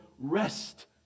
rest